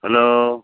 hello